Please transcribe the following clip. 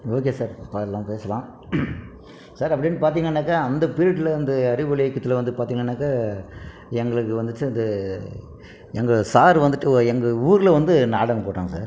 okay sir பாடலாம் பேசலாம் sir அப்படின்னு பார்த்திங்கன்னாக்க அந்த பீரியடில் அந்த அறிவொளி இயக்கத்தில் வந்து பார்த்திங்கன்னாக்க எங்களுக்கு வந்துட்டு அந்த எங்கள் சார் வந்துட்டு எங்கள் ஊரில் வந்து நாடகம் போட்டாங்க சார்